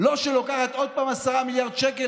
לא כזאת שלוקחת עוד פעם 10 מיליארד שקלים